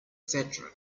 cetera